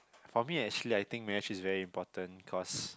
for me actually I think marriage is very important cause